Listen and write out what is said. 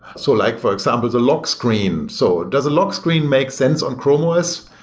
so like for example, the lock screen. so does a lock screen make sense on chrome os?